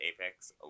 apex